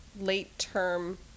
late-term